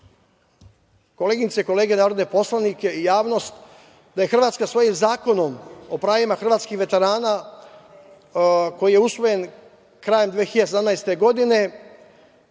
koleginice i kolege narodne poslanike i javnost da je Hrvatska svojim Zakonom o pravima hrvatskih veterana koji je usvojen krajem 2017. godine,